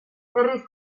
herriz